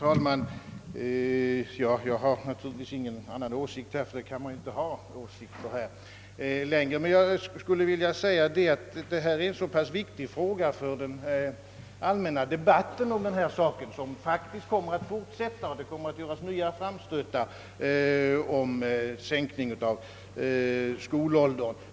Herr talman! Jag har naturligtvis ingen annan åsikt — ty man kan ju härvidlag inte ha några åsikter längre. Men jag vill framhålla att denna fråga är viktig; debatten kommer att fortsätta och det kommer att göras nya framstötar om sänkning av skolåldern.